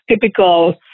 typical